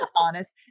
honest